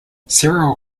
cereal